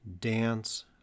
dance